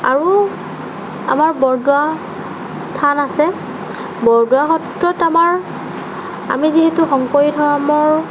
আৰু আমাৰ বৰদোৱা থান আছে বৰদোৱা সত্ৰত আমাৰ আমি যিহেতু শংকৰী ধৰ্মৰ